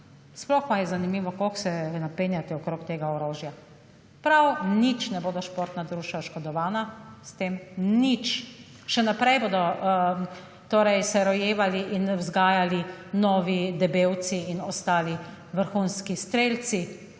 Sploh pa je zanimivo, kako se napenjate okrog tega orožja. Prav nič ne bodo športna društva oškodovana s tem, nič. Še naprej bodo torej se rojevali in vzgajali novi Debevci in ostali vrhunski strelci,